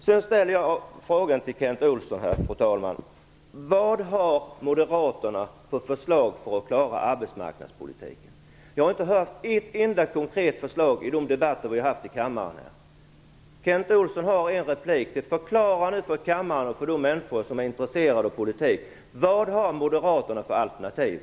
Jag ställde frågan till Kent Olsson: Vad har moderaterna för förslag för att klara arbetsmarknadspolitiken? Jag har inte hört ett enda konkret förslag i de debatter vi har haft i kammaren. Kent Olsson har en replik kvar. Förklara för kammaren och för de människor som är intresserade av politik vilka alternativ moderaterna har!